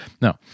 No